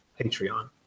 Patreon